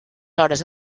hores